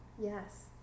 Yes